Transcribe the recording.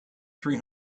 three